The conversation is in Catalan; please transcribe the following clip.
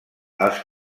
els